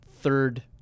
third